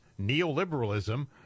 Neoliberalism